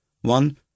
one